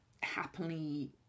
happily